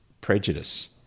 prejudice